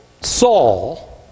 Saul